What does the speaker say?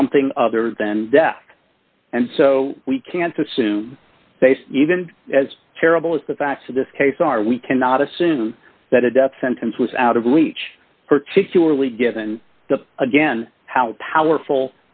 something other than death and so we can't assume even as terrible as the facts of this case are we cannot assume that a death sentence was out of reach particularly given the again how powerful